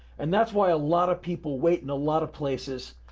and that's why a lot of people wait in a lot of places.